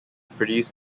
produce